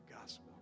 gospel